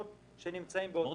זה מאוד